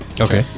Okay